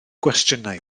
gwestiynau